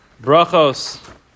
brachos